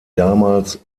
damals